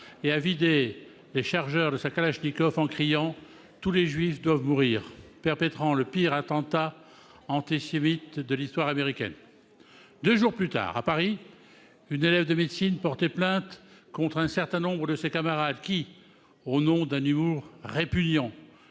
et a vidé les chargeurs de sa kalachnikov en criant :« Tous les juifs doivent mourir », perpétrant le pire attentat antisémite de l'histoire américaine. Deux jours plus tard, à Paris, une élève de médecine portait plainte contre un certain nombre de ses camarades qui, au nom d'un humour répugnant,